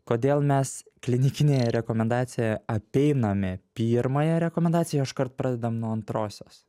kodėl mes klinikinėje rekomendacijoje apeiname pirmąją rekomendaciją o iškart pradedam nuo antrosios